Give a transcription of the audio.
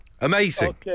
Amazing